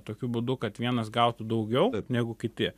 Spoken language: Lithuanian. tokiu būdu kad vienas gautų daugiau negu kiti